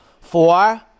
Four